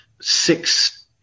six